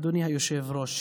אדוני היושב-ראש,